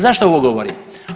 Zašto ovo govorim?